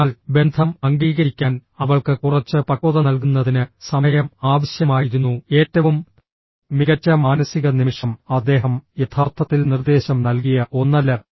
അതിനാൽ ബന്ധം അംഗീകരിക്കാൻ അവൾക്ക് കുറച്ച് പക്വത നൽകുന്നതിന് സമയം ആവശ്യമായിരുന്നു ഏറ്റവും മികച്ച മാനസിക നിമിഷം അദ്ദേഹം യഥാർത്ഥത്തിൽ നിർദ്ദേശം നൽകിയ ഒന്നല്ല